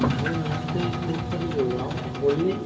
हाँ जी नमस्ते कोच सर ही बोल रहा हूँ बोलिए